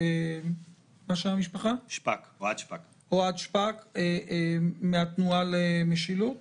אוהד שפק מהתנועה למשמר